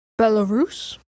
Belarus